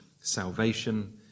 salvation